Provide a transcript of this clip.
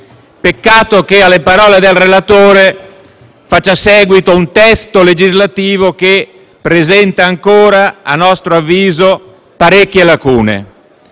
Peccato che alle parole del relatore faccia seguito un testo legislativo che presenta ancora - a nostro avviso - parecchie lacune.